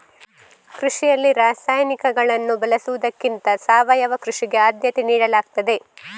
ಕೃಷಿಯಲ್ಲಿ ರಾಸಾಯನಿಕಗಳನ್ನು ಬಳಸುವುದಕ್ಕಿಂತ ಸಾವಯವ ಕೃಷಿಗೆ ಆದ್ಯತೆ ನೀಡಲಾಗ್ತದೆ